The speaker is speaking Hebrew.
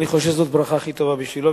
אני חושב שזאת הברכה הכי טובה בשבילו,